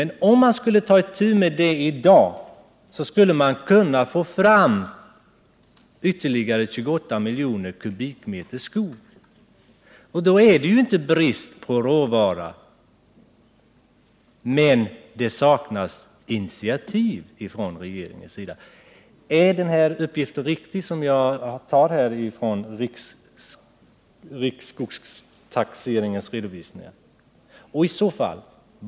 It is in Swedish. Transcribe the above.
Men om man tog itu med detta i dag, skulle man kunna få fram ytterligare 28 miljoner kubikmeter skog. Och då är det inte en fråga om brist på råvara utan då saknas initiativ från regeringens sida. Är den uppgift som jag har tagit från riksskogstaxeringens redovisningar riktig?